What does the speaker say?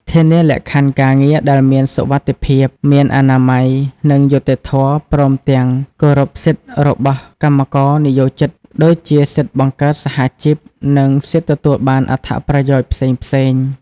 ធានាលក្ខខណ្ឌការងារដែលមានសុវត្ថិភាព មានអនាម័យ និងយុត្តិធម៌ ព្រមទាំងគោរពសិទ្ធិរបស់កម្មករនិយោជិត ដូចជាសិទ្ធិបង្កើតសហជីព និងសិទ្ធិទទួលបានអត្ថប្រយោជន៍ផ្សេងៗ ។